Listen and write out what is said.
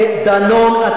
ודנון,